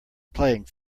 playing